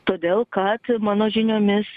todėl kad mano žiniomis